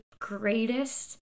greatest